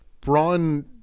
Braun